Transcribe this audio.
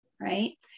right